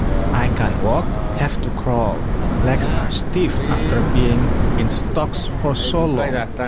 i can't walk. have to crawl legs are stiff after being in stocks for so long.